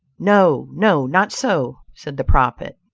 no, no, not so, said the prophet,